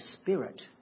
spirit